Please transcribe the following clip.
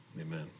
amen